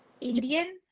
indian